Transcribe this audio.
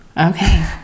Okay